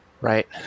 Right